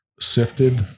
sifted